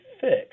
fixed